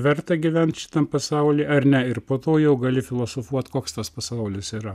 verta gyvent šitam pasauly ar ne ir po to jau gali filosofuot koks tas pasaulis yra